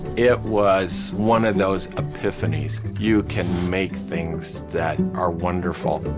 it was one of those epiphanies, you can make things that are wonderful.